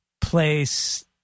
place